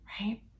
right